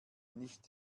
nicht